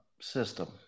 system